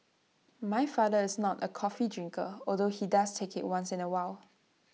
my father is not A coffee drinker although he does take IT once in A while